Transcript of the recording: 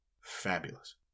fabulous